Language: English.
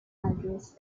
angeles